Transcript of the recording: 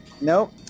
Nope